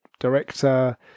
Director